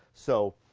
so